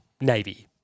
navy